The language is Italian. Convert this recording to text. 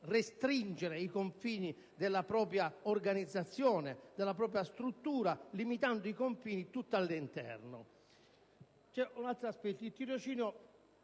restringere i confini della propria organizzazione e della propria struttura limitando i confini tutti all'interno. Vorrei sottolineare un